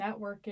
networking